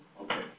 Okay